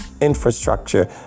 infrastructure